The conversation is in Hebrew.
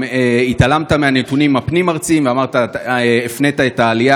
גם התעלמת מהנתונים הפנים-ארציים והפנית את העלייה